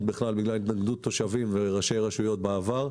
בכלל בגלל התנגדות תושבים וראשי רשויות בעבר,